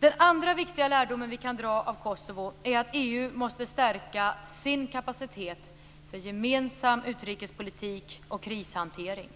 Den andra viktiga lärdom vi kan dra av Kosovo är att EU måste stärka sin kapacitet för gemensam utrikespolitik och krishantering.